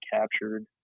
captured